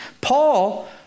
Paul